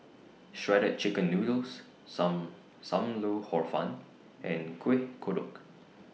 Shredded Chicken Noodles SAM SAM Lau Hor Fun and Kueh Kodok